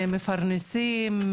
מפרנסים,